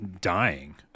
dying